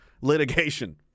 litigation